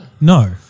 No